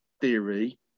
theory